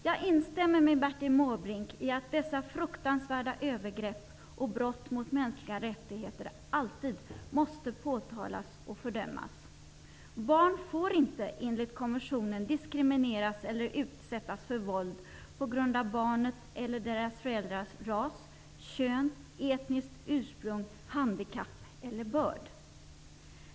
Jag instämmer med Bertil Måbrink i att dessa fruktansvärda övergrepp och brott mot mänskliga rättigheter alltid måste påtalas och fördömas. Barn får inte, enligt konventionen, diskrimineras eller utsättas för våld på grund av barnets eller dess föräldrars ras, kön, etniska ursprung, handikapp eller börd.